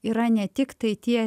yra ne tik tai tie